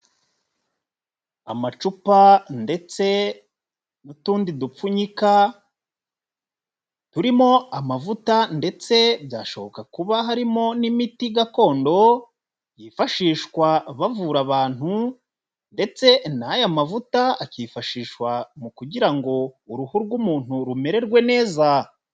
Amacupa ndetse n'utundi dupfunyika turimo amavuta ndetse byashoboka kuba harimo n'imiti gakondo yifashishwa bavura abantu ndetse n'aya mavuta akifashishwa mu kugira ngo uruhu rw'umuntu rumererwe neza.